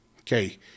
Okay